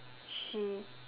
she